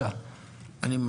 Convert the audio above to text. בסיטואציה הזו,